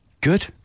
good